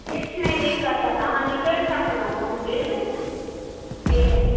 किछु नहि दिक्कत होयत आहाँ निकलि सकलहुॅं हन फिल्ड फिल्ड